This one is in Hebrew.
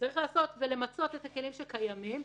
צריך למצות את הכלים שקיימים,